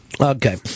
Okay